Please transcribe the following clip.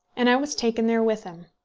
and i was taken there with him.